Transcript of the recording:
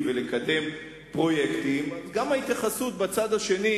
כלשהו ולקדם פרויקטים גם ההתייחסות בצד השני,